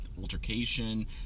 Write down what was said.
altercation